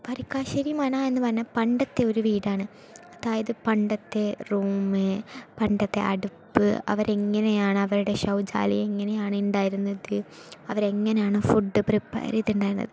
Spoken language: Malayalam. വരിക്കാശ്ശേരി മന എന്ന് പറയുന്നത് പണ്ടത്തെ ഒരു വീടാണ് അതായത് പണ്ടത്തെ റൂമ് പണ്ടത്തെ അടുപ്പ് അവര് എങ്ങനെയാണ് അവരുടെ ശൗചാലയം എങ്ങനെയാണ് ഉണ്ടായിരുന്നത് അവര് എങ്ങനെയാണ് ഫുഡ് പ്രിപേർ ചെയ്തിട്ടുണ്ടായിരുന്നത്